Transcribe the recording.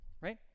right